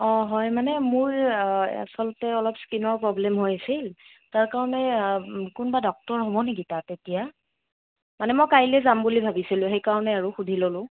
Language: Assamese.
অ' হয় মানে মোৰ আচলতে অলপ স্কীণৰ প্ৰব্লেম হৈ আছিল তাৰ কাৰণে কোনোবা ডক্টৰ হ'ব নেকি তাত এতিয়া মানে মই কাইলৈ যাম বুলি ভাবিছিলোঁ সেইকাৰণে আৰু সুধি ল'লোঁ